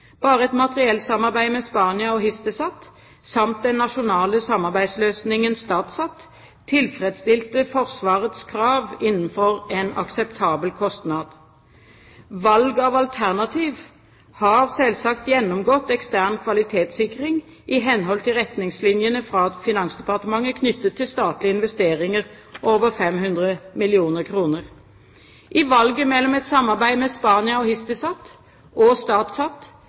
Bare et materiellsamarbeid med Spania og Hisdesat, samt den nasjonale samarbeidsløsningen StatSat, tilfredsstilte Forsvarets krav innenfor en akseptabel kostnad. Valg av alternativ har selvsagt gjennomgått ekstern kvalitetssikring i henhold til retningslinjene fra Finansdepartementet knyttet til statlige investeringer over 500 mill. kr. I valget mellom et samarbeid med Spania og Hisdesat og StatSat